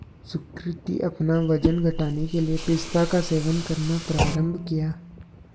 सुकृति अपना वजन घटाने के लिए पिस्ता का सेवन करना प्रारंभ किया